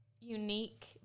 unique